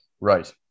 Right